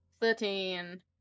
Thirteen